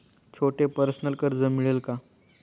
छोटे पर्सनल कर्ज मिळेल का?